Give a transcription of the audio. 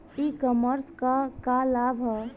ई कॉमर्स क का लाभ ह?